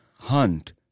Hunt